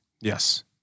Yes